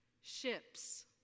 Ships